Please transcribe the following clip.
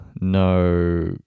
no